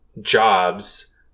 jobs